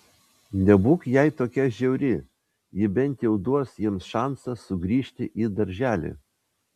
nebūk jai tokia žiauri ji bent jau duos jiems šansą sugrįžti į darželį